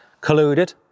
colluded